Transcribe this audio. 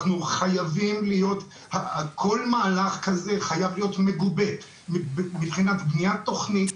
כל מהלך כזה חייב להיות מגובה מבחינת בניית תוכנית,